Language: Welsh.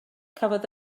cafodd